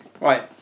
Right